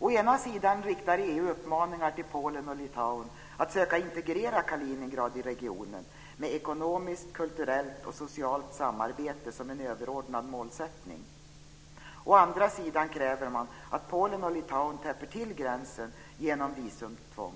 Å ena sida riktar EU uppmaningar till Polen och Litauen att söka integrera Kaliningrad i regionen med "ekonomiskt, kulturellt och socialt samarbete som en överordnad målsättning". Å andra sidan kräver man att Polen och Litauen täpper till gränsen genom visumtvång.